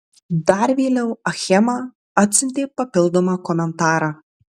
dar vėliau achema atsiuntė papildomą komentarą